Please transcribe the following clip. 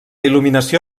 il·luminació